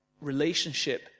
relationship